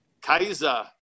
Kaiser